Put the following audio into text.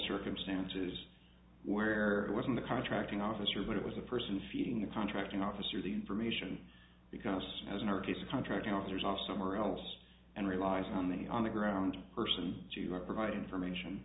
circumstances where it was in the contracting officer but it was a person feeding the contracting officer the information because as in our case a contracting officer's off somewhere else and relies on the on the ground person to ever provide information